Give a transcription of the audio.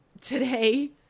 today